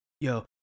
yo